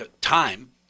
time